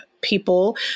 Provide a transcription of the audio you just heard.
people